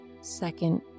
second